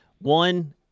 One